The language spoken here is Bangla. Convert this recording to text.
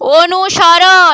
অনুসরণ